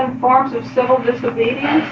and forms of civil disobedience